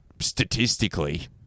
statistically